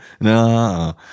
no